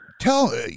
tell